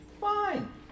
fine